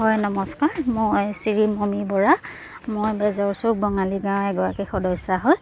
হয় নমস্কাৰ মই শ্ৰী মমি বৰা মই বেজৰ চুক বঙালী গাঁৱৰ এগৰাকী সদস্যা হয়